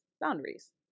boundaries